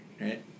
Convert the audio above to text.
right